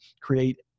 create